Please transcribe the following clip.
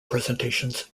presentations